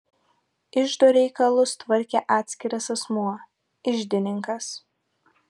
iždo reikalus tvarkė atskiras asmuo iždininkas